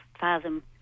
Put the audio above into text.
fathom